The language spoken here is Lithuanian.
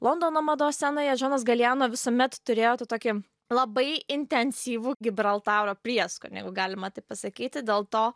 londono mados scenoje žanas galijano visuomet turėjo tą tokį labai intensyvų gibraltaro prieskonį jeigu galima taip pasakyti dėl to